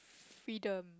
freedom